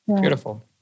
Beautiful